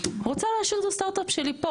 רוצה להשאיר את הסטרט-אפ שלי פה,